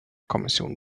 kommission